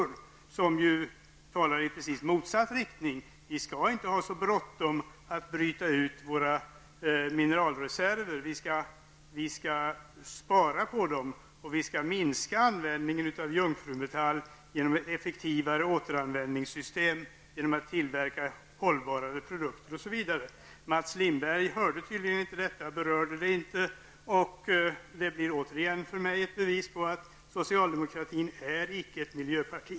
Här tror jag att det går i precis motsatt riktining. Vi skall inte ha så bråttom när det gäller att bryta ut våra mineralreserver, utan vi skall spara på dessa. Vidare skall vi minska användningen av jungfrumetall genom ett effektivare återanvändningssystem, genom att tillverka mer hållbara produkter osv. Mats Linberg hörde tydligen inte detta. I varje fall berörde han inte den saken. Återigen säger jag att det för mig är ett bevis på att socialdemokraterna icke är ett miljöparti.